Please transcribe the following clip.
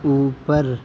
اوپر